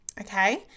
Okay